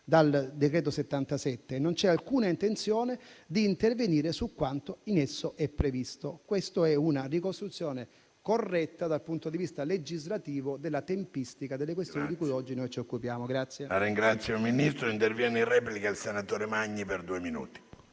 dal decreto n. 77 e non c'è alcuna intenzione di intervenire su quanto in esso è previsto. Questa è una ricostruzione corretta dal punto di vista legislativo della tempistica delle questioni di cui oggi ci occupiamo.